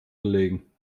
belegen